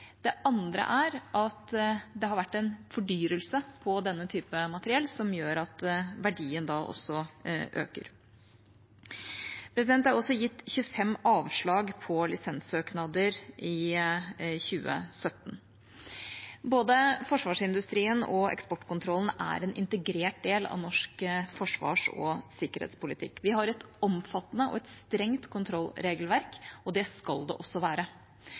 andre er at det har vært en fordyrelse på denne typen materiell, som gjør at verdien da øker. Det er gitt 25 avslag på lisenssøknader i 2017. Både forsvarsindustrien og eksportkontrollen er en integrert del av norsk forsvars- og sikkerhetspolitikk. Vi har et omfattende og strengt kontrollregelverk, og det skal det også være.